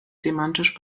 semantisch